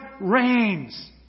reigns